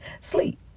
Sleep